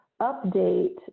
update